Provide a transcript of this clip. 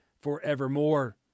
forevermore